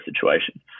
situation